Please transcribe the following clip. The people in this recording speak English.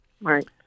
Right